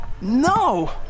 No